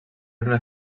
una